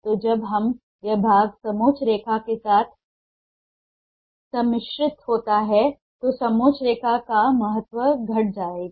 तो जब यह भाग समोच्च रेखा के साथ सम्मिश्रित होता है तो समोच्च रेखा का महत्व घट जाएगा